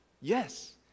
Yes